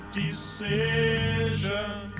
decision